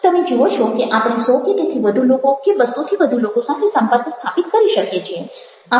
તમે જુઓ છો કે આપણે સો કે તેથી વધુ લોકો કે બસ્સોથી વધુ લોકો સાથે સંપર્ક સ્થાપિત કરી શકીએ છીએ